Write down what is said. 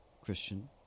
Christian